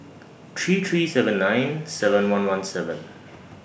three three seven nine seven one one seven